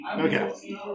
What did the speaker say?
Okay